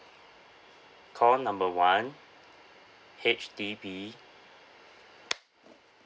call number one H_D_B